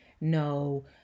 no